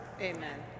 Amen